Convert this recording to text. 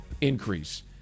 increase